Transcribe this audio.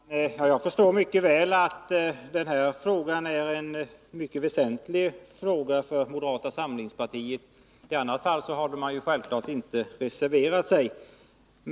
Herr talman! Jag förstår mycket väl att detta är en mycket väsentlig fråga för moderata samlingspartiet —i annat fall hade man självfallet inte reserverat sig.